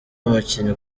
umukinnyi